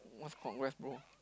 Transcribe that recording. what's congrats bro